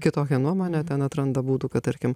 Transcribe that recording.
kitokią nuomonę ten atranda būdų kad tarkim